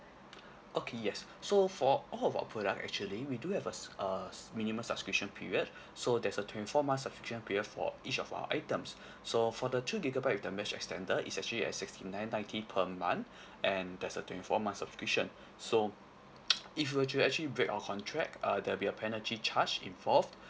okay yes so for all of our product actually we do have a uh minimum subscription period so there's a twenty four months subscription period for each of our items so for the two gigabyte with the mesh extender it's actually at sixty nine ninety per month and there's a twenty four month subscription so if you were to actually break our contract uh there'll be a penalty charge involved